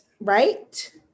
right